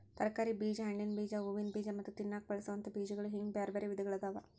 ತರಕಾರಿ ಬೇಜ, ಹಣ್ಣಿನ ಬೇಜ, ಹೂವಿನ ಬೇಜ ಮತ್ತ ತಿನ್ನಾಕ ಬಳಸೋವಂತ ಬೇಜಗಳು ಹಿಂಗ್ ಬ್ಯಾರ್ಬ್ಯಾರೇ ವಿಧಗಳಾದವ